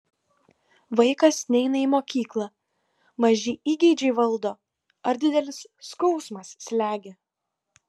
vaikas neina į mokyklą maži įgeidžiai valdo ar didelis skausmas slegia